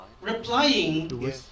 replying